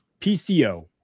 PCO